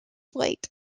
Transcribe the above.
fight